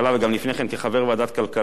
וגם לפני כן כחבר ועדת הכלכלה: